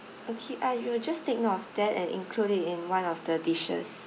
okay ah we will just take of that and include it in one of the dishes